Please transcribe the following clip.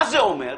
מה זה אומר?